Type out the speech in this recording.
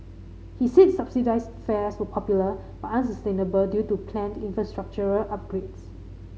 he said subsidised fares were popular but unsustainable due to planned infrastructural upgrades